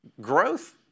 growth